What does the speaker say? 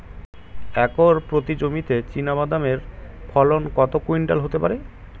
Acre প্রতি জমিতে চীনাবাদাম এর ফলন কত কুইন্টাল হতে পারে?